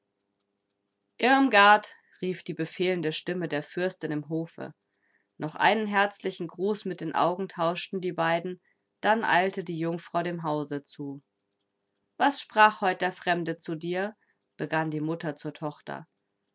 irmgard rief die befehlende stimme der fürstin im hofe noch einen herzlichen gruß mit den augen tauschten die beiden dann eilte die jungfrau dem hause zu was sprach heut der fremde zu dir begann die mutter zur tochter